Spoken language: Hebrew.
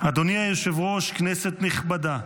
"אדוני היושב-ראש, כנסת נכבדה,